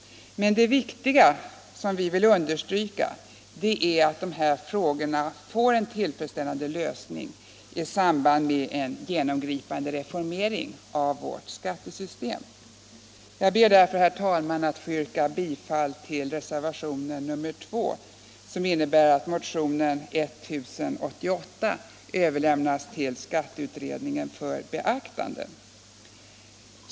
Men det viktiga som vi vill understryka är att dessa frågor får en tillfredsställande lösning i samband med en genomgripande reformering av vårt skattesystem. Jag ber därför, herr talman, att få yrka bifall till reservationen 2, som innebär att motionen 1088 överlämnas till skatteutredningen för beaktande.